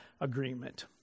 agreement